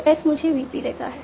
तो S मुझे VP देता है